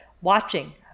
watching